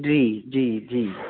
ਜੀ ਜੀ ਜੀ